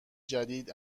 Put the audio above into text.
جدید